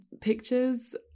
pictures